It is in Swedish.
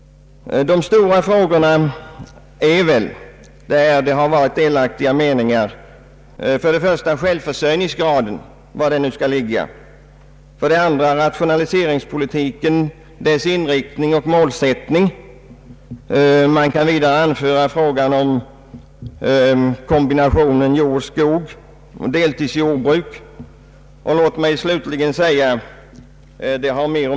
De stora frågor, om vilka delade meningar rått, har för det första gällt var självförsörjningsgraden skall ligga. För det andra har de gällt rationaliseringspolitiken, dess inriktning och målsättning. Man kan vidare anföra frågan om kombinationen jord—skog och frågan om deltidsjordbruk.